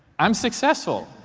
i'm successful.